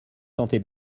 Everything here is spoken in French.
sentez